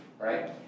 right